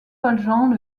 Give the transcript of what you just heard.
valjean